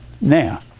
Now